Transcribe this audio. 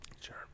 Sure